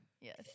Yes